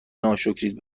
ناشکرید